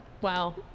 Wow